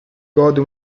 gode